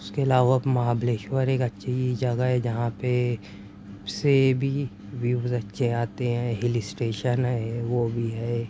اُس کے علاوہ مہابلیشور ایک اچھی جگہ ہے جہاں پہ سے بھی ویوز اچھے آتے ہیں ہل اسٹیشن ہے وہ بھی ہے